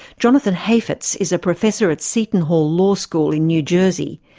jonathan hafetz is a professor at seton hall law school in new jersey.